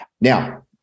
Now